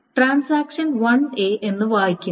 transaction 1 A എന്ന് വായിക്കുന്നു